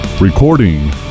Recording